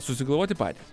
susigalvoti patys